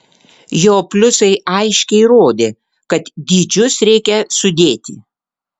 jo pliusai aiškiai rodė kad dydžius reikia sudėti